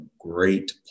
great